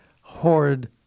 horrid